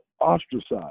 ostracized